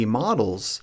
models